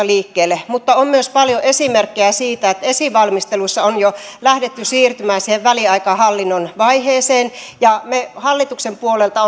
liikkeelle mutta on myös paljon esimerkkejä siitä että esivalmisteluissa on jo lähdetty siirtymään siihen väliaikaishallinnon vaiheeseen ja me hallituksen puolelta